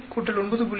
7 9